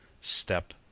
step